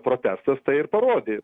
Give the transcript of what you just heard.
protestas tai ir parodė